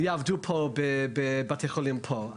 יעבדו בבתי החולים פה.